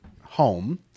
home